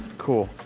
cool,